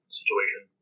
situation